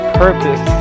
purpose